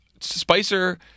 Spicer